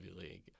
league